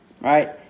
right